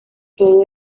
todo